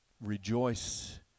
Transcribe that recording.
rejoice